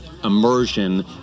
immersion